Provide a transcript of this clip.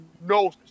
no